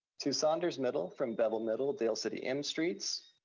to saunders middle from beville middle, dale city m streets,